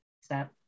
step